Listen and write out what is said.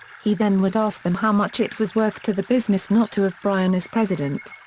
he then would ask them how much it was worth to the business not to have bryan as president.